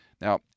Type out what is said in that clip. Now